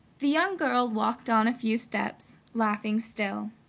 the young girl walked on a few steps, laughing still.